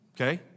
okay